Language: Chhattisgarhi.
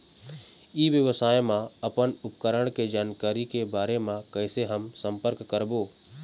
ई व्यवसाय मा अपन उपकरण के जानकारी के बारे मा कैसे हम संपर्क करवो?